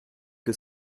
que